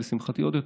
ולשמחתי עוד יותר,